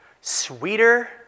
sweeter